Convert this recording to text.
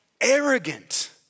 arrogant